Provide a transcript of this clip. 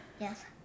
Yes